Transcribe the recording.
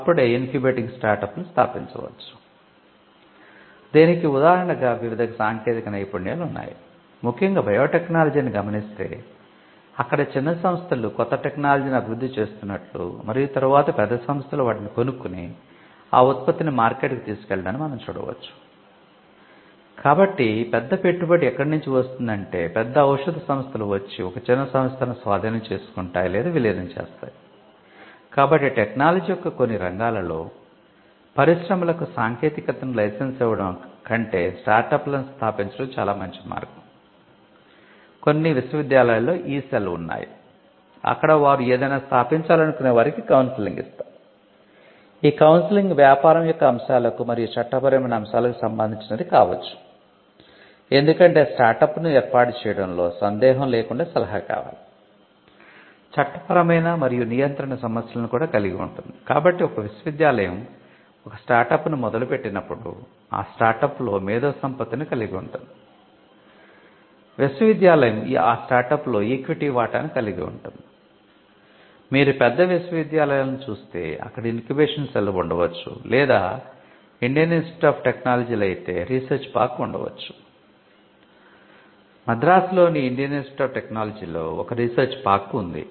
అప్పుడే incubating startup ఉంది